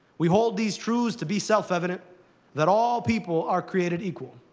we hold these truths to be self-evident that all people are created equal.